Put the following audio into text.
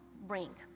bring